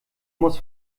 muss